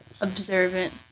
Observant